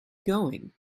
going